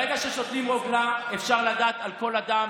ברגע ששותלים רוגלה, אפשר לדעת על כל אדם